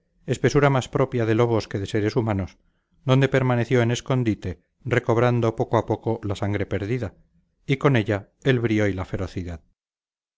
espesura más propia de lobos que de seres humanos donde permaneció en escondite recobrando poco a poco la sangre perdida y con ella el brío y la ferocidad